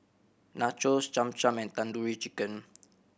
Nachos Cham Cham and Tandoori Chicken